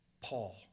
Paul